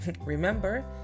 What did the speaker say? Remember